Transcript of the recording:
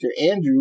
Andrew